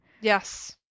Yes